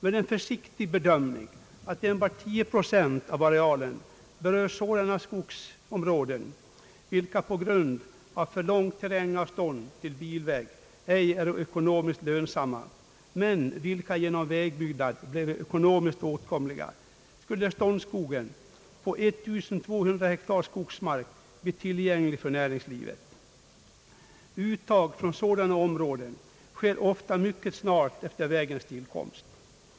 Med en försiktig bedömning att enbart 10 procent av arealen berör sådana skogsområden, vilka på grund av för långa terrängavstånd till bilväg ej är ekonomiskt lönsamma men vilka genom vägbyggnad kan bli ekonomiskt åtkomliga, skulle ståndskog på 1200 hektar skogsmark bli tillgänglig för näringslivet. Uttag från sådana områden sker ofta mycket snart efter vägens tillkomst.